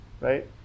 right